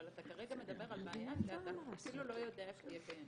אבל אתה כרגע מדבר על בעיה שאתה אפילו לא יודע שהיא תהיה קיימת.